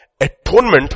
atonement